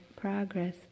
progress